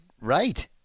right